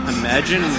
imagine